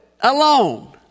Alone